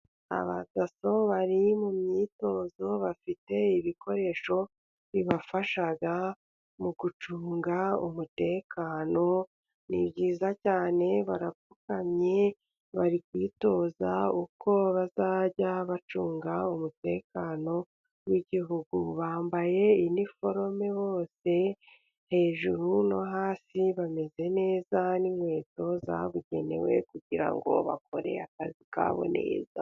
Abadaso bari mu myitozo, bafite ibikoresho bibafasha, mu gucunga umutekano, ni byiza cyane, barapfukamye, bari kwitoza uko bazajya, bacunga umutekano, w'igihugu bambaye iniforome bose, hejuru no hasi bameze neza, n'inkweto zabugenewe, kugira ngo bakore akazi kabo neza.